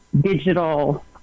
digital